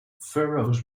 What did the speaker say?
furrows